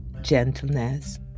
gentleness